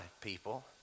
people